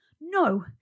No